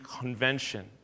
convention